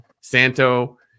Santo